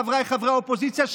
חבריי חברי האופוזיציה,